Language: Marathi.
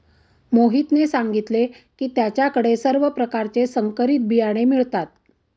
मोहितने सांगितले की त्याच्या कडे सर्व प्रकारचे संकरित बियाणे मिळतात